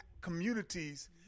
communities